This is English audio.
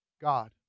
God